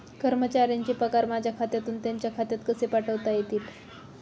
कर्मचाऱ्यांचे पगार माझ्या खात्यातून त्यांच्या खात्यात कसे पाठवता येतील?